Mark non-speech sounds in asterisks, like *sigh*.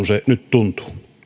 *unintelligible* se nyt tuntuu